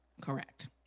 Correct